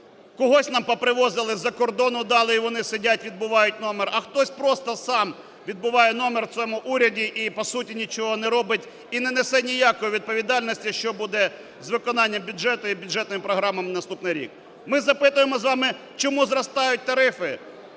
Когось нам попривозили з-за кордону, дали, і вони сидять, відбувають номер, а хтось просто сам відбуває номер в цьому уряді, і, по суті, нічого не робить, і не несе ніякої відповідальності, що буде з виконанням бюджету і бюджетними програмами на наступний рік. Ми запитуємо з вами, чому зростають тарифи.